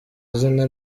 izina